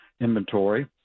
inventory